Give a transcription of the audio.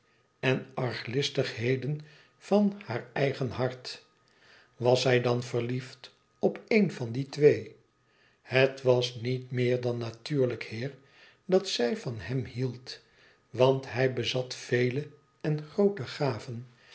en de arglistigheden van haar eigen hart was zij dan verliefd op een van die twee et was niet meer dan natuurlijk heer dat zij van hem hield want hij bezat vele en groote gaven